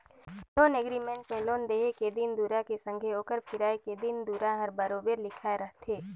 loan agreement में loan देहे के दिन दुरा के संघे ओकर फिराए के दिन दुरा हर बरोबेर लिखाए रहथे